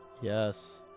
Yes